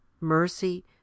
mercy